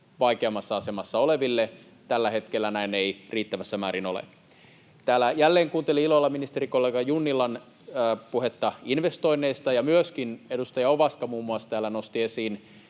vaikeimmassa asemassa oleville. Tällä hetkellä näin ei riittävässä määrin ole. Täällä jälleen kuuntelin ilolla ministerikollega Junnilan puhetta investoinneista, ja myöskin edustaja Ovaska muun muassa täällä nosti esiin